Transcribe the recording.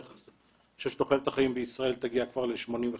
אני חושב שתוחלת החיים תגיע כבר ל-86-85,